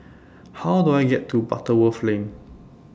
How Do I get to Butterworth Lane